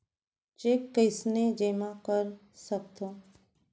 Cheque कईसने जेमा कर सकथो?